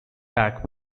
back